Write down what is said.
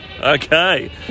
okay